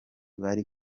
bari